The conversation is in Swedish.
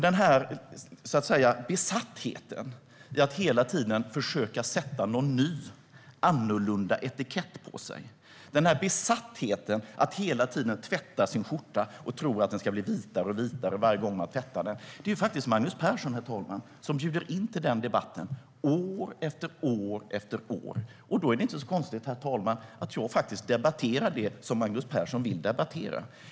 Den här besattheten vid att hela tiden försöka sätta någon ny, annorlunda etikett på sig och hela tiden tvätta sin skjorta och tro att den ska bli vitare för varje gång man tvättar den gör att det faktiskt är Magnus Persson, herr talman, som bjuder in till den här debatten år efter år. Det är inte så konstigt att jag faktiskt debatterar det som Magnus Persson vill debattera.